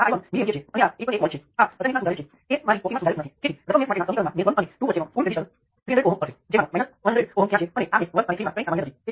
હવે હું બે પોર્ટ પેરામિટર પર જઈશ જે મૂળભૂત રીતે સર્કિટનું વર્ણન કરવાની રીત છે